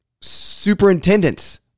superintendents